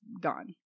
gone